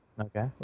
Okay